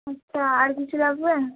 আচ্ছা আর কিছু লাগবে